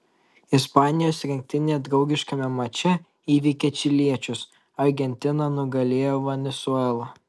ispanijos rinktinė draugiškame mače įveikė čiliečius argentina nugalėjo venesuelą